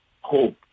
hope